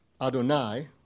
Adonai